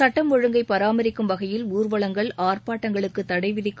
சுட்டம் ஒழுங்கை பராமரிக்கும் வகையில் ஊர்வலங்கள் ஆர்ப்பாட்டங்களுக்கு தடை விதிக்கும்